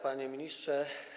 Panie Ministrze!